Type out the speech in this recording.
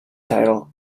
titled